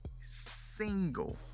single